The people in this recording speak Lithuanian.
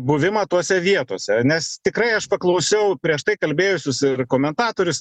buvimą tose vietose nes tikrai aš paklausiau prieš tai kalbėjusius ir komentatorius